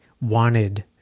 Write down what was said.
wanted